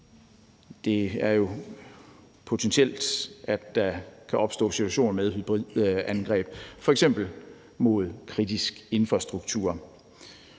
Der kan jo potentielt opstå situationer med hybridangreb, f.eks. mod kritisk infrastruktur.